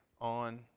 on